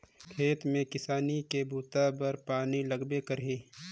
खेत में किसानी के बूता बर पानी लगबे करही